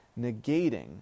negating